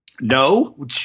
No